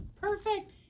Perfect